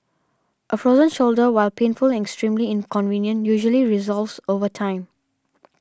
a frozen shoulder while painful and extremely inconvenient usually resolves over time